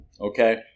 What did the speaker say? okay